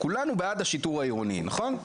כולנו מסביב לשולחן בעד השיטור העירוני, נכון?